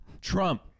Trump